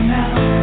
now